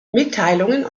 mitteilungen